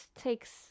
takes